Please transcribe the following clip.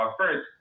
first